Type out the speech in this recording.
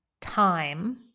time